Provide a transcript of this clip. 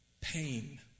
Pain